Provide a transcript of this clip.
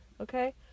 Okay